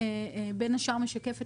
בין השאר,